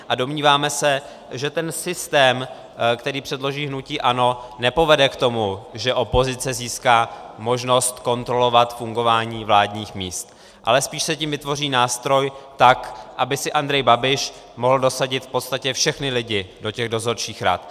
A domníváme se, že ten systém, který předloží hnutí ANO, nepovede k tomu, že opozice získá možnost kontrolovat fungování vládních míst, ale spíš se tím vytvoří nástroj tak, aby si Andrej Babiš mohl dosadit v podstatě všechny lidi do těch dozorčích rad.